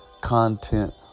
content